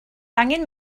angen